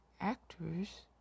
actors